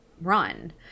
run